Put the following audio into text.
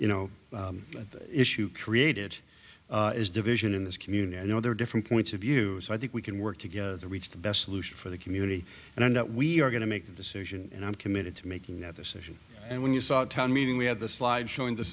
know issue created is division in this community i know there are different points of view so i think we can work together to reach the best solution for the community and i know that we are going to make a decision and i'm committed to making that decision and when you saw town meeting we had the slide showing this